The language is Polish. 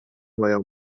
moją